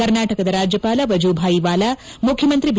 ಕರ್ನಾಟಕದ ರಾಜ್ಯಪಾಲ ವಜೂಭಾಯಿ ವಾಲಾ ಮುಖ್ಯಮಂತ್ರಿ ಬಿ